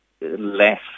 less